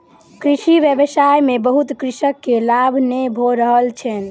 कृषि व्यवसाय में बहुत कृषक के लाभ नै भ रहल छैन